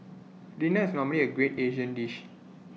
dinner is normally A great Asian dish